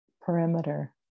perimeter